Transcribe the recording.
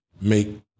make